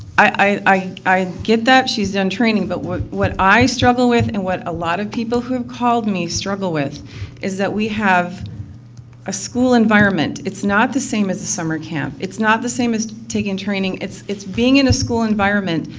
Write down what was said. i i get that she's done training. but what what i struggle with and a lot of people who've called me struggle with is we have a school environment. it's not the same as a summer camp. it's not the same as taking training. it's it's being in a school environment,